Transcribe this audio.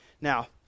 Now